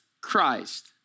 Christ